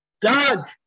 Doug